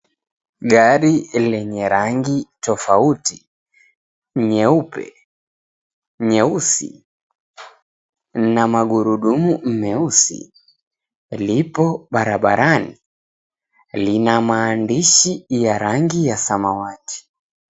Gari lenye rangi tofauti, nyeupe, meusi na magurudumu meusi lipo barabarani. Lina maandishi ya rangi ya samawati.